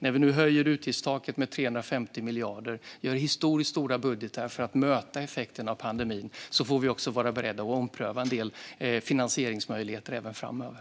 När vi nu höjer utgiftstaket med 350 miljarder och tar fram historiskt stora budgetar för att möta effekterna av pandemin får vi också vara beredda att ompröva en del finansieringsmöjligheter framöver.